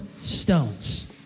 stones